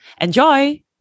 Enjoy